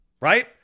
right